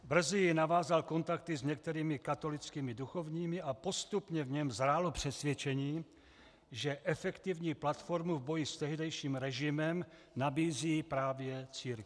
Brzy navázal kontakty s některými katolickými duchovními a postupně v něm zrálo přesvědčení, že efektivní platformu v boji s tehdejším režimem nabízí právě církev.